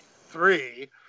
three